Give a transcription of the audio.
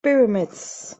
pyramids